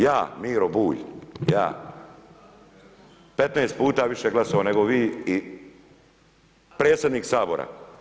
Ja Miro Bulj, ja, 15 puta više glasova nego vi i predsjednik Sabora.